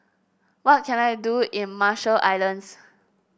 what can I do in Marshall Islands